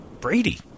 Brady